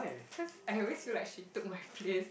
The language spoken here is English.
cause I always feel like she took my place